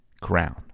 crown